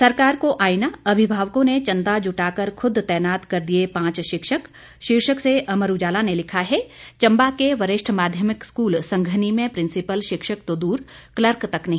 सरकार को आईना अभिभावकों ने चंदा जुटाकर खुद तैनात कर दिये पांच शिक्षक शीर्षक से अमर उजाला ने लिखा है चंबा के वरिष्ठ माध्यमिक स्कूल संघनी में प्रिंसिपल शिक्षक तो दूर कलर्क तक नहीं